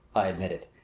i admitted.